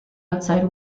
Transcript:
outside